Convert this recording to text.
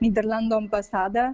nyderlandų ambasada